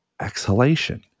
exhalation